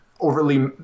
overly